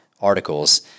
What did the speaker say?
articles